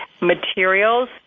materials